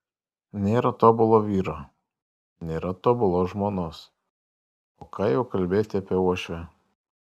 nėra tobulo vyro nėra tobulos žmonos o ką jau kalbėti apie uošvę